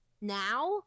Now